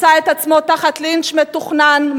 מצא את עצמו תחת לינץ' מתוכנן,